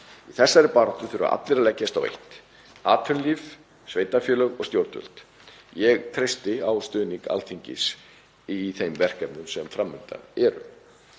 Í þessari baráttu þurfa allir að leggjast á eitt; atvinnulíf, sveitarfélög og stjórnvöld. Ég treysti á stuðning Alþingis í þeim verkefnum sem fram undan eru.